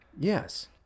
Yes